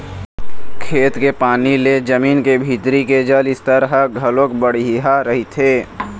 खेत के पानी ले जमीन के भीतरी के जल स्तर ह घलोक बड़िहा रहिथे